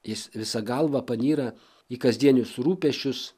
jis visa galva panyra į kasdienius rūpesčius